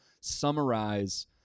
summarize